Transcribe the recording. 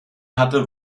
hatte